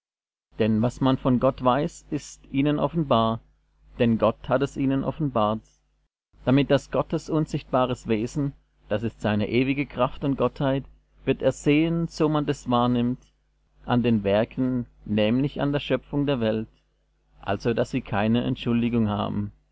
denn was man von gott weiß ist ihnen offenbar denn gott hat es ihnen offenbart damit daß gottes unsichtbares wesen das ist seine ewige kraft und gottheit wird ersehen so man des wahrnimmt an den werken nämlich an der schöpfung der welt also daß sie keine entschuldigung haben